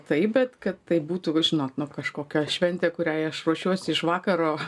taip bet kad tai būtų gi žinot nu kažkokia šventė kuriai aš ruošiuosi iš vakaro